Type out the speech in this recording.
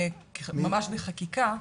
ממש בחקיקה.